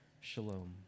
shalom